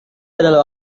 adalah